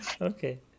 Okay